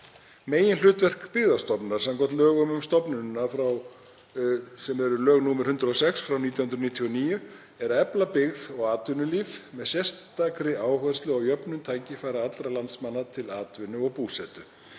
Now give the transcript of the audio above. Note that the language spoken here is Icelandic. Meginhlutverk Byggðastofnunar samkvæmt lögum um stofnunina, nr. 106/1999, er að efla byggð og atvinnulíf með sérstakri áherslu á jöfnun tækifæra allra landsmanna til atvinnu og búsetu.